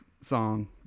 song